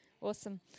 Awesome